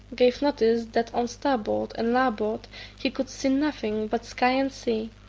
gave notice that on starboard and larboard he could see nothing but sky and sea,